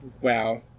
Wow